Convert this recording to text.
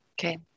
Okay